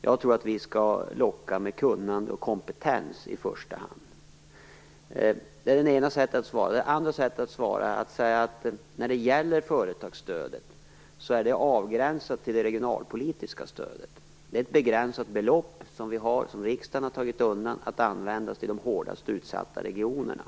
Jag tror att vi skall locka med kunnande och kompetens i första hand. Det är det ena sättet att svara. Det andra är att säga att företagsstödet är avgränsat till det regionalpolitiska stödet. Det är ett begränsat belopp som riksdagen har tagit undan att användas till de hårdast utsatta regionerna.